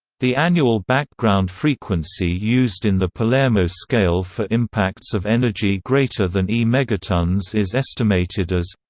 the annual background frequency used in the palermo scale for impacts of energy greater than e megatonnes is estimated as